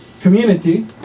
community